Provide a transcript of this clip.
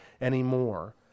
anymore